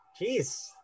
Jeez